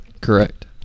correct